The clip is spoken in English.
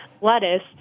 lettuce